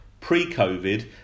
pre-COVID